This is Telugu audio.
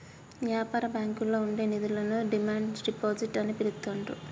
యాపార బ్యాంకుల్లో ఉండే నిధులను డిమాండ్ డిపాజిట్ అని పిలుత్తాండ్రు